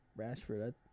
Rashford